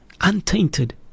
Untainted